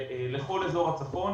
לכל אזור הצפון.